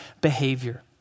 behavior